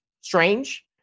strange